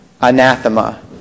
anathema